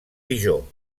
dijon